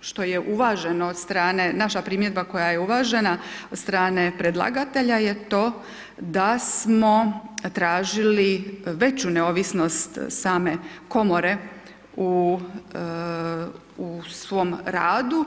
što je uvaženo od strane, naša primjedba koja je uvažena od strane predlagatelja je to da smo tražili veću neovisnost same komore u svom radu